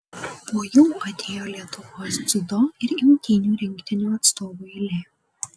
po jų atėjo lietuvos dziudo ir imtynių rinktinių atstovų eilė